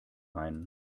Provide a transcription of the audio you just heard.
ein